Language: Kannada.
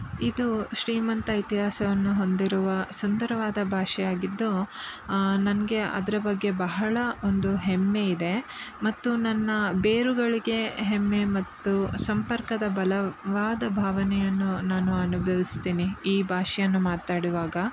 ಇದು ಶ್ರೀಮಂತ ಇತಿಹಾಸವನ್ನು ಹೊಂದಿರುವ ಸುಂದರವಾದ ಭಾಷೆಯಾಗಿದ್ದು ನನಗೆ ಅದರ ಬಗ್ಗೆ ಬಹಳ ಒಂದು ಹೆಮ್ಮೆ ಇದೆ ಮತ್ತು ನನ್ನ ಬೇರುಗಳಿಗೆ ಹೆಮ್ಮೆ ಮತ್ತು ಸಂಪರ್ಕದ ಬಲವಾದ ಭಾವನೆಯನ್ನು ನಾನು ಅನುಭವಿಸ್ತೀನಿ ಈ ಭಾಷೆಯನ್ನು ಮಾತಾಡುವಾಗ